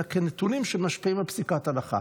אלא כאל נתונים שמשפיעים על פסיקת הלכה.